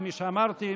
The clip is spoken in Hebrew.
כפי שאמרתי,